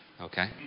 okay